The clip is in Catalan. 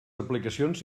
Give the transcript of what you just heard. aplicacions